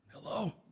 Hello